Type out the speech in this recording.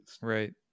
right